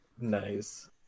Nice